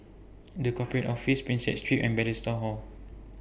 The Corporate Office Prinsep Street and Bethesda Hall